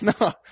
No